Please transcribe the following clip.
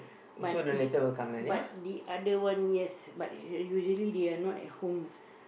but but the other one yes but usually they are not at home